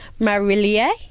Marillier